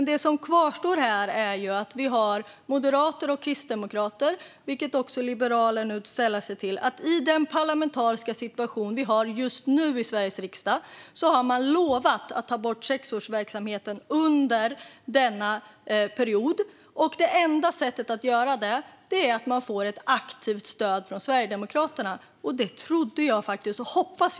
Det som kvarstår är att Moderaterna och Kristdemokraterna - och nu sällar sig även Liberalerna till denna grupp - har lovat att ta bort sexårsverksamheten under denna period. På grund av den parlamentariska situationen i Sveriges riksdag kan man bara göra detta genom ett aktivt stöd från Sverigedemokraterna. Denna väg trodde jag inte Sverige skulle vandra.